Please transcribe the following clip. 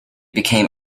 became